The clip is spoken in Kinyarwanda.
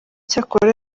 cyakora